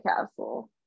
Castle